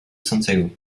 santiago